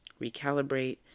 recalibrate